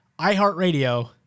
iHeartRadio